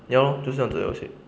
ya lor 就是这样游戏